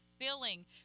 filling